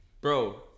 Bro